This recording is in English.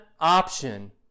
option